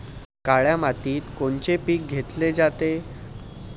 काळ्या मातीत कोनचे पिकं घेतले जाते?